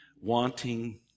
wanting